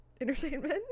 entertainment